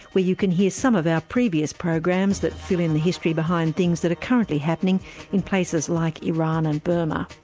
where you can hear some of our previous programs that fill in the history behind things that are currently happening in places like iran and burma.